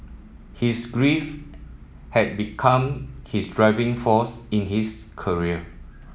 his grief had become his driving force in his career